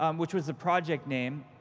um which was the project name,